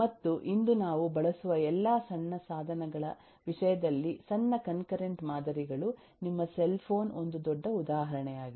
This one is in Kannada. ಮತ್ತು ಇಂದು ನಾವು ಬಳಸುವ ಎಲ್ಲಾ ಸಣ್ಣ ಸಾಧನಗಳ ವಿಷಯದಲ್ಲಿ ಸಣ್ಣ ಕನ್ಕರೆಂಟ್ ಮಾದರಿಗಳು ನಿಮ್ಮ ಸೆಲ್ ಫೋನ್ ಒಂದು ದೊಡ್ಡ ಉದಾಹರಣೆಯಾಗಿದೆ